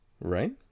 Right